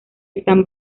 están